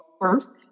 first